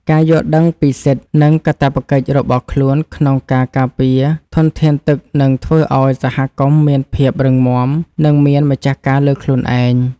ការយល់ដឹងពីសិទ្ធិ និងកាតព្វកិច្ចរបស់ខ្លួនក្នុងការការពារធនធានទឹកនឹងធ្វើឱ្យសហគមន៍មានភាពរឹងមាំ និងមានម្ចាស់ការលើខ្លួនឯង។